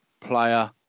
player